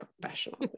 Professional